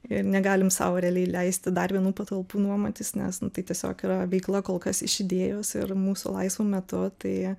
ir negalim sau realiai leisti dar vienų patalpų nuomotis nes tai tiesiog yra veikla kol kas iš idėjos ir mūsų laisvu metu tai